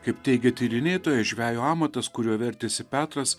kaip teigia tyrinėtojai žvejo amatas kuriuo vertėsi petras